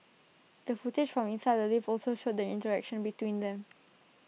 the footage from inside the lift also showed the interaction between them